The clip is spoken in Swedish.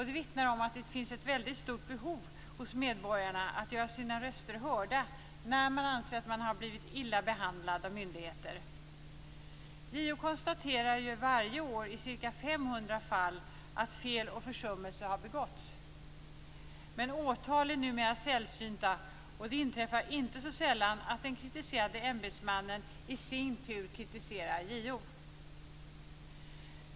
Det vittnar om ett väldigt stort behov hos medborgarna av att göra sin röst hörd när man anser sig ha blivit illa behandlad av myndigheter. JO konstaterar varje år i ca 500 fall att fel och försummelse har begåtts men åtal är numera sällsynta. Inte så sällan inträffar det att den kritiserade ämbetsmannen i sin tur kritiserar JO.